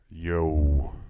Yo